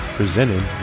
presented